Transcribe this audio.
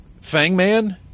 Fangman